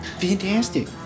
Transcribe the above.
fantastic